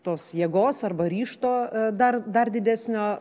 tos jėgos arba ryžto dar dar didesnio